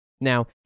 Now